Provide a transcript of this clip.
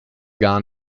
gar